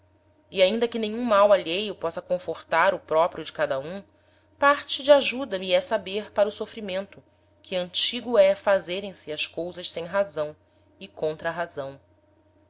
e ainda que nenhum mal alheio possa confortar o proprio de cada um parte de ajuda me é saber para o sofrimento que antigo é fazerem se as cousas sem razão e contra razão